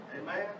Amen